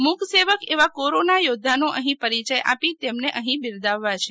મૂકસેવક એવા કોરોના યોધ્ધાનો અહી પરિચય આપી તેમને અહી બિરદાવવા છે